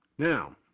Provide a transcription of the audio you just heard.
Now